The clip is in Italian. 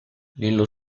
nello